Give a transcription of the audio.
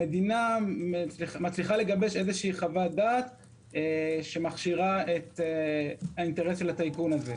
המדינה מצליחה לגבש חוות דעת שמכשירה את האינטרס של הטייקון.